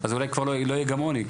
אז אולי כבר לא יהיה גם עוני,